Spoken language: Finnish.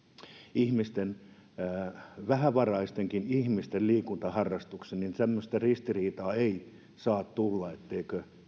vähävaraistenkin ihmisten liikuntaharrastuksen niin tämmöistä ristiriitaa ei saa tulla ettei